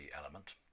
element